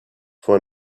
for